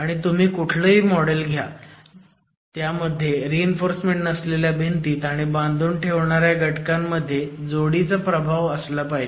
आणि तुम्ही कुठलंही मॉडेल घ्या त्यामध्ये रीइन्फोर्समेंट नसलेल्या भिंतीत आणि बांधून ठेवणाऱ्या घटकांमध्ये जोडीचा प्रभाव असला पाहिजे